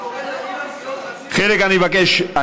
חיליק, אני מבקש.